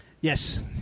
Yes